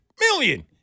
million